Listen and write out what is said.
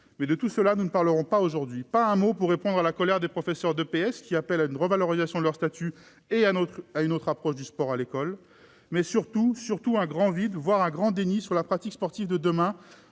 Mais de tout cela, nous ne parlerons pas aujourd'hui. Pas un mot pour répondre à la colère des professeurs d'éducation physique et sportive (EPS), qui appellent à une revalorisation de leur statut et à une autre approche du sport à l'école. Surtout, un grand vide, voire un grand déni, sur la pratique sportive de demain